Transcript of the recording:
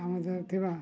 ଆମ ଦେହରେ ଥିବା